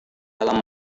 dalam